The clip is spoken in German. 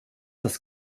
das